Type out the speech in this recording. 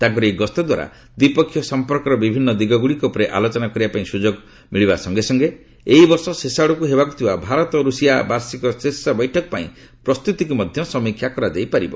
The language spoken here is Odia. ତାଙ୍କର ଏହି ଗସ୍ତ ଦ୍ୱାରା ଦ୍ୱିପକ୍ଷୀୟ ସମ୍ପର୍କର ବିଭିନ୍ନ ଦିଗ ଉପରେ ଆଲୋଚନା କରିବା ପାଇଁ ସୁଯୋଗ ପ୍ରଦାନ କରିବା ସଙ୍ଗେ ସଙ୍ଗେ ଏହିବର୍ଷ ଶେଷ ଆଡକୁ ହେବାକୁ ଥିବା ଭାରତ ରଷିଆ ବାର୍ଷିକ ଶୀର୍ଷ ବୈଠକ ପାଇଁ ପ୍ରସ୍ତୁତିକୁ ସମୀକ୍ଷା କରାଯାଇପାରିବ